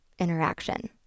interaction